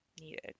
needed